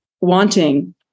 wanting